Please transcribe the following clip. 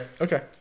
okay